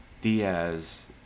Diaz